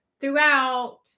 throughout